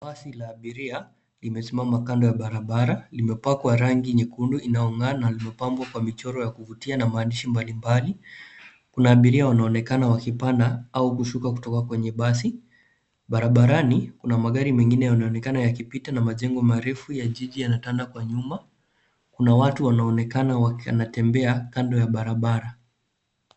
Basi la abiria limesimama kando ya barabara limepakwa rangi nyekundu inayong'aa na mapambo kwa michoro ya kuvutia na maandishi mbalimbali. Kuna abiria wanaonekana wakipanda au kushuka kutoka kwenye basi. Barabarani kuna magari mengine yanaonekana yakipita na majengo marefu ya jiji yanatanda kwa nyuma. Kuna watu wanaonekana wanatembea kando ya barabara.